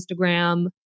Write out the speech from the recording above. Instagram